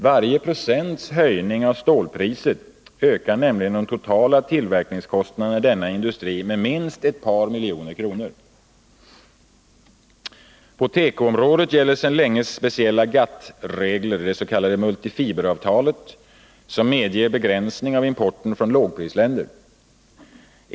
Varje procents höjning av stålpriset ökar nämligen de totala tillverkningskostnaderna i denna industri med minst ett par miljoner kronor. På tekoområdet gäller sedan länge speciella GATT-regler, det s.k. multifiberavtalet, som medger begränsning av importen från lågprisländer.